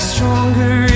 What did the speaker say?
Stronger